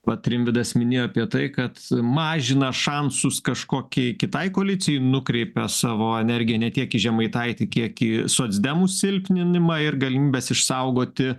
vat rimvydas minėjo apie tai kad mažina šansus kažkokiai kitai koalicijai nukreipia savo energiją ne tiek į žemaitaitį kiek į socdemų silpninimą ir galimybes išsaugoti